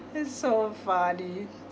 he's so funny